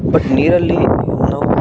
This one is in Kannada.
ಬಟ್ ನೀರಲ್ಲಿ ನಾವು